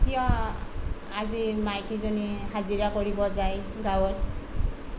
কিয় আজি মাইকীজনীয়ে হাজিৰা কৰিব যায় গাঁৱত